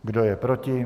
Kdo je proti?